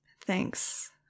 Thanks